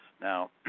now